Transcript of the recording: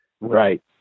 Right